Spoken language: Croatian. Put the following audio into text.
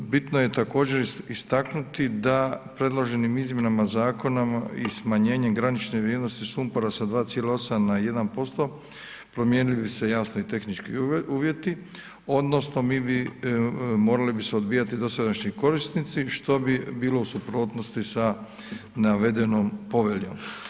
Bitno je također istaknuti da predloženim izmjenama zakona i smanjenjem granične vrijednosti sumpora sa 2,8 na 1% promijenili bi se jasni i tehnički uvjeti odnosno mi bi, morali bi se odbijati dosadašnji korisnici, što bi bilo u suprotnosti sa navedenom poveljom.